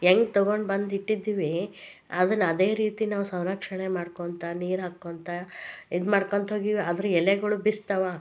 ಹೇಗ್ ತೊಗೊಂಡು ಬಂದು ಇಟ್ಟಿದ್ದೀವಿ ಅದನ್ನು ಅದೇ ರೀತಿ ನಾವು ಸಂರಕ್ಷಣೆ ಮಾಡ್ಕೊತಾ ನೀರು ಹಾಕ್ಕೊತಾ ಇದ್ಮಾಡ್ಕೊತ ಇದೀವಿ ಅದ್ರ ಎಲೆಗಳು ಬಿಸ್ತಾವ